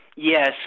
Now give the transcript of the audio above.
Yes